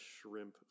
shrimp